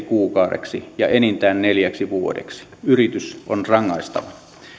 kuukaudeksi ja enintään neljäksi vuodeksi yritys on rangaistava